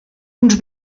uns